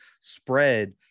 spread